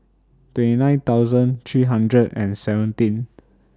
twenty nine thousand three hundred and seventeen